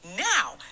Now